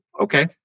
okay